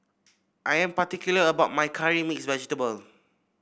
I am particular about my curry mix vegetable